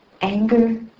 anger